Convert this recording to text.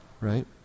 right